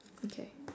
okay